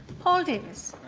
paul davies